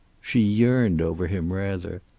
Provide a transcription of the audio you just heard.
she yearned over him, rather.